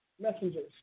messengers